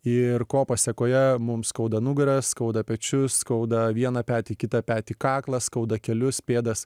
ir ko pasekoje mums skauda nugarą skauda pečius skauda vieną petį kitą petį kaklą skauda kelius pėdas